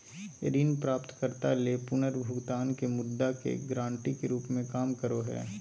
ऋण प्राप्तकर्ता ले पुनर्भुगतान के मुद्रा गारंटी के रूप में काम करो हइ